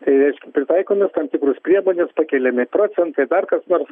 tai reiškia pritaikomos tam tikrų priemonės pakeliami procentai dar kas nors